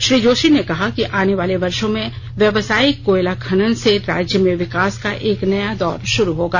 श्री जोशी ने कहा कि आनेवाले वर्षो में व्यावसायिक कोयला खनन से राज्य में विकास का एक नया दौर शुरू होगा